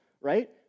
right